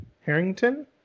Harrington